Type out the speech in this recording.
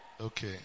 Okay